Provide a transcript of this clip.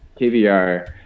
KVR